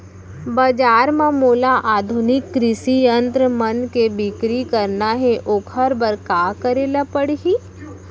बजार म मोला आधुनिक कृषि यंत्र मन के बिक्री करना हे ओखर बर का करे ल पड़ही?